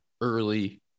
early